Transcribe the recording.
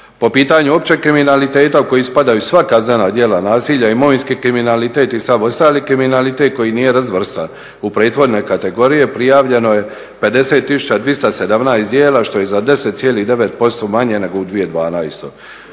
Po pitanju općeg kriminaliteta u koji spadaju svaka … djela i nasilja, imovinski kriminalitet i sav ostali kriminalitet koji nije razvrstan u prethodne kategorije prijavljeno je 50 tisuća 217 djela što je za 10,9% manje nego u 2012.